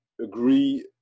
agree